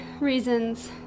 reasons